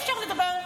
אפשר לדבר.